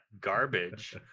garbage